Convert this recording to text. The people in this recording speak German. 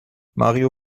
mario